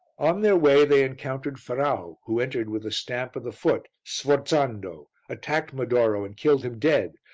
on their way they encountered ferrau who entered with a stamp of the foot, sforzando, attacked medoro and killed him dead,